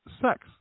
sex